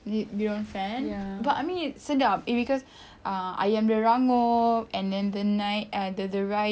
you you don't fan but I mean sedap it's cause uh ayam dia ranggup and then the night uh uh the rice